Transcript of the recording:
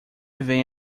vem